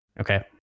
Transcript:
Okay